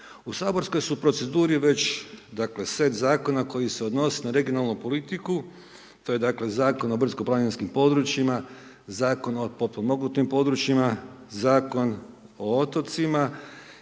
U saborskoj su proceduri već, dakle, set Zakona koji se odnose na regionalnu politiku, to je dakle Zakon o brdsko planinskim područjima, Zakon o potpomognutim područjima, Zakon o otocima,